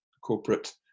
corporate